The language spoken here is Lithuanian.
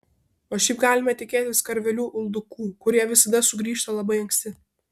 o šiaip galime tikėtis karvelių uldukų kurie visada sugrįžta labai anksti